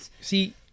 see